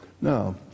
Now